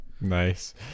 nice